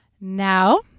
Now